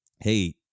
Hey